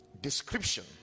description